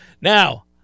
Now